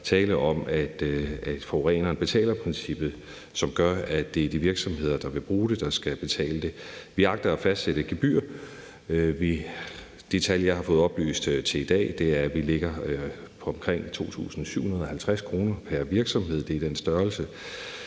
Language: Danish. tale om forureneren betaler-princippet, som gør, at det er de virksomheder, der vil bruge det, som også skal betale det. Vi agter altså at fastsætte et gebyr, og det tal, jeg har fået oplyst til i dag det er, ligger på omkring 2.750 kr. pr. virksomhed. Hr. Mads Fuglede